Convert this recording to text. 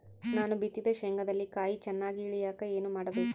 ನಾನು ಬಿತ್ತಿದ ಶೇಂಗಾದಲ್ಲಿ ಕಾಯಿ ಚನ್ನಾಗಿ ಇಳಿಯಕ ಏನು ಮಾಡಬೇಕು?